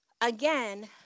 again